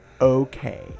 okay